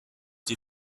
die